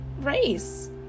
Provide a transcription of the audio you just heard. race